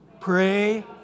Pray